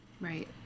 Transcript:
Right